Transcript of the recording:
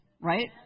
Right